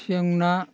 सें ना